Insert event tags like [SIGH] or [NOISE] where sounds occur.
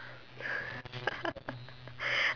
[LAUGHS]